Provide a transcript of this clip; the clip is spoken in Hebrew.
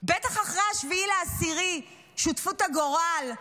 בטח אחרי 7 באוקטובר, עם שותפות הגורל,